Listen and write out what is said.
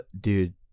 dude